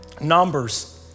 Numbers